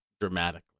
Dramatically